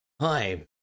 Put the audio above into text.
Hi